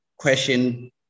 question